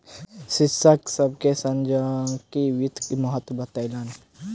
शिक्षक सभ के संगणकीय वित्तक महत्त्व बतौलैन